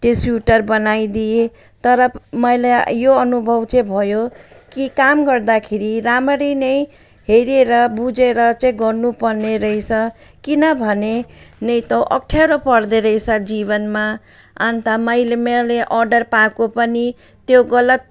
त्यो स्वेटर बनाइदिएँ तर मैले यो अनुभव चाहिँ भयो कि काम गर्दाखेरि राम्ररी नै हेरेर बुझेर चाहिँ गर्नुपर्ने रहेछ किनभने नि त अप्ठ्यारो पर्दोरहेछ जीवनमा अन्त मैले मेले अर्डर पाएको पनि त्यो गलत